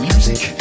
Music